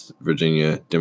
Virginia